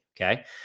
okay